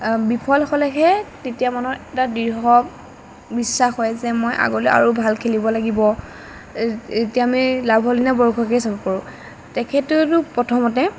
বিফল হ'লেহে তেতিয়া মনত এটা দৃঢ় বিশ্বাস হয় যে মই আগলৈ আৰু ভাল খেলিব লাগিব এতিয়া আমি লাভলীনা বৰগোহাঁইকে চাব পাৰোঁ তেখেতেওতো প্ৰথমতে